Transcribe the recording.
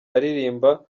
aririmba